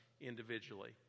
individually